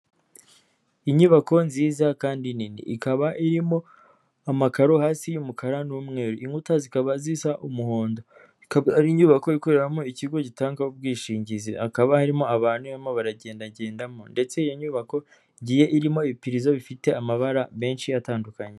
Inyubako nziza kandi nini ikaba irimo amakaro hasi y'umukara n'umweru, inkuta zikaba zisa umuhondo ikaba ari inyubako ikoreramo ikigo gitanga ubwishingizi hakaba harimo abantu barimo baragendagendamo ndetse iyo nyubako igiye irimo ibipirizo bifite amabara menshi atandukanye.